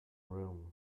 room